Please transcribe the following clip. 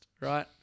right